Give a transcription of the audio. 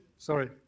Sorry